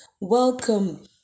Welcome